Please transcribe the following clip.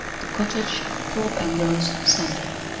the cottage, thorpe ambrose, sunday.